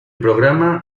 programa